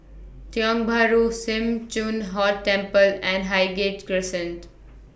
Tiong Bahru SIM Choon Huat Temple and Highgate Crescent